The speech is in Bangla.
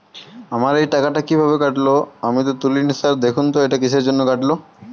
আমার এই টাকাটা কীভাবে কাটল আমি তো তুলিনি স্যার দেখুন তো এটা কিসের জন্য কাটল?